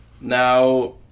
Now